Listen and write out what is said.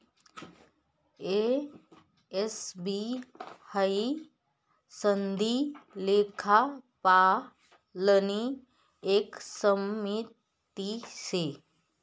ए, S, B हाई सनदी लेखापालनी एक समिती शे